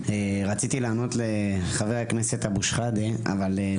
רציתי לענות לחבר הכנסת אבו שחאדה, אבל הוא הלך.